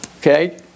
Okay